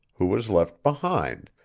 who was left behind,